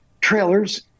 trailers